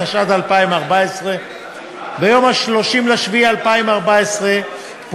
התשע"ד 2014. ביום 30 ביולי 2014 פורסם